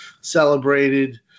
celebrated